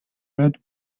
red